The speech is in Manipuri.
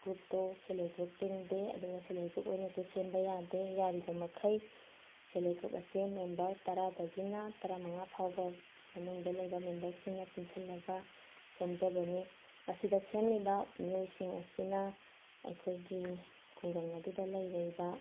ꯒ꯭ꯔꯨꯞꯇꯣ ꯁꯦꯜꯐ ꯍꯦꯜꯞ ꯒ꯭ꯔꯨꯞ ꯆꯤꯡꯗꯦ ꯑꯗꯨꯒ ꯁꯦꯜꯐ ꯍꯦꯜꯞ ꯒ꯭ꯔꯨꯞ ꯑꯣꯏꯅꯁꯨ ꯁꯦꯝꯕ ꯌꯥꯗꯦ ꯌꯥꯔꯤꯕ ꯃꯈꯩ ꯁꯦꯜꯐ ꯍꯦꯜꯞ ꯒ꯭ꯔꯨꯞ ꯑꯁꯦ ꯃꯦꯝꯕꯔ ꯇꯔꯥꯗꯒꯤꯅ ꯇꯔꯥ ꯃꯉꯥ ꯐꯥꯎꯕ ꯃꯅꯨꯡꯗ ꯂꯩꯕ ꯃꯦꯝꯕꯔꯁꯤꯡꯅ ꯄꯨꯟꯁꯤꯜꯂꯒ ꯁꯦꯝꯖꯕꯅꯤ ꯑꯁꯤꯗ ꯁꯦꯝꯂꯤꯕ ꯃꯤꯑꯣꯏꯁꯤꯡ ꯑꯁꯤꯅ ꯑꯩꯈꯣꯏꯒꯤ ꯈꯨꯡꯒꯪ ꯑꯗꯨꯗ ꯂꯩꯔꯔꯤꯕ